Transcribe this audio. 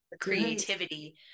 creativity